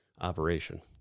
operation